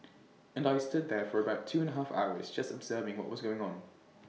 and I stood there for about two and A half hours just observing what was going on